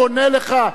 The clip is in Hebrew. הוא עונה לך.